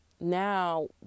Now